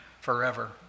forever